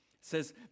says